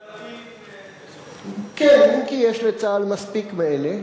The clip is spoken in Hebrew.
גנבים, כן, אם כי יש לצה"ל מספיק מאלה.